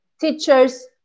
teachers